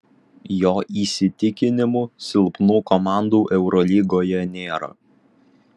jo įsitikinimu silpnų komandų eurolygoje nėra